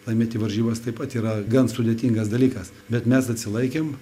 laimėti varžybas taip pat yra gan sudėtingas dalykas bet mes atsilaikėm